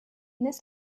this